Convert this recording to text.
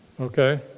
Okay